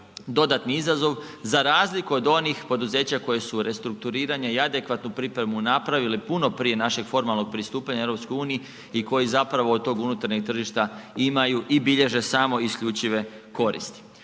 dodatni izazov za razliku od onih poduzeća koji su restrukturiranje i adekvatnu pripremu napravili puno prije našeg formalnog pristupanja EU i koji zapravo od tog unutarnjeg tržišta imaju i bilježe samo isključive koristi.